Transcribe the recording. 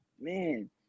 man